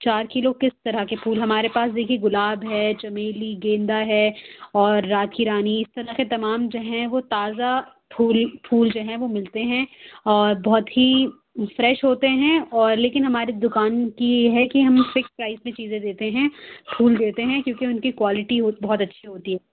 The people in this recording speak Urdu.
چار کلو کس طرح كے پھول ہمارے پاس دیكھیے گُلاب ہےچمیلی گیندا ہے اور رات كی رانی اِس طرح كے تمام جو ہیں وہ تازہ پھول پھول جو ہیں ملتے ہیں اور بہت ہی فریش ہوتے ہیں اور لیكن ہماری دُكان كی یہ ہے كہ ہم فکس پرائز میں چیزیں دیتے ہیں پھول دیتے ہیں كیونكہ اُن كی كوالٹی ہوتی بہت اچھی ہوتی ہے